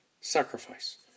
sacrifice